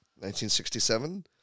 1967